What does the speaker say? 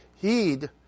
heed